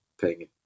paying